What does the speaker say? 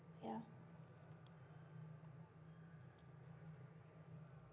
ya